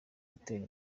gutera